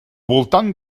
voltant